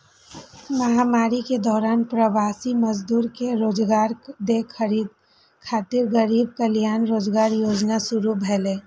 महामारी के दौरान प्रवासी मजदूर कें रोजगार दै खातिर गरीब कल्याण रोजगार योजना शुरू भेलै